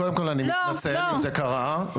קודם כל אני מתנצל אם זה קרה.